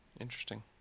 Interesting